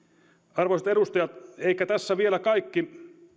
arvoisat edustajat eikä tässä vielä kaikki